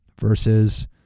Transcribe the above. versus